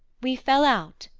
we fell out,